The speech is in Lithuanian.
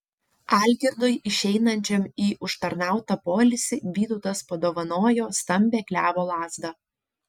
algirdui išeinančiam į užtarnautą poilsį vytautas padovanojo stambią klevo lazdą